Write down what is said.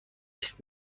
است